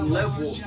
level